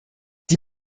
die